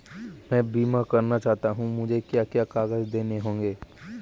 मैं बीमा करना चाहूं तो मुझे क्या क्या कागज़ देने होंगे?